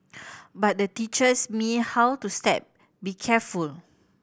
but the teaches me how to step be careful